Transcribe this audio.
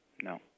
No